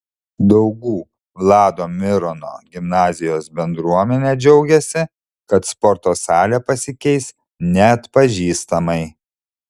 daugų vlado mirono gimnazijos bendruomenė džiaugiasi kad sporto salė pasikeis neatpažįstamai